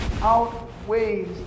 outweighs